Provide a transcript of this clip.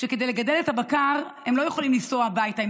שכדי לגדל את הבקר הם לא יכולים לנסוע הביתה,